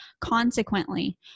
Consequently